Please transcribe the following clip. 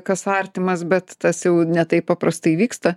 kas artimas bet tas jau ne taip paprastai įvyksta